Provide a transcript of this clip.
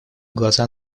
глаза